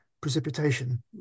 precipitation